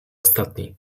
ostatni